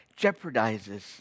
jeopardizes